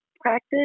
practice